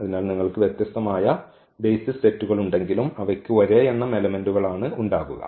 അതിനാൽ നിങ്ങൾക്ക് വ്യത്യസ്തമായ ബെയ്സിസ് സെറ്റുകളുണ്ടെങ്കിലും അവയ്ക്ക് ഒരേ എണ്ണം എലെമെന്റുകൾ ആണ് ഉണ്ടാകുക